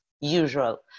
usual